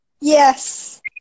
Yes